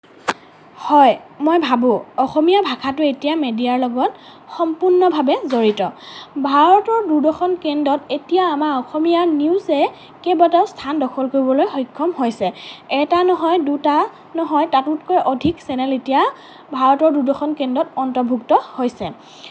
হয় মই ভাবোঁ অসমীয়া ভাষাটো এতিয়া মেডিয়াৰ লগত সম্পূৰ্ণভাৱে জড়িত ভাৰতৰ দূৰদৰ্শন কেন্দ্ৰত এতিয়া আমাৰ অসমীয়া নিউজে কেইবাটাও স্থান দখল কৰিবলৈ সক্ষম হৈছে এটা নহয় দুটা নহয় তাতোতকৈ অধিক চেনেল এতিয়া ভাৰতৰ দূৰদৰ্শন কেন্দ্ৰত অন্তৰ্ভুক্ত হৈছে